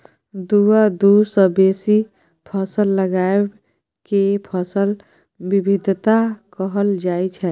दु आ दु सँ बेसी फसल लगाएब केँ फसल बिबिधता कहल जाइ छै